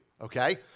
okay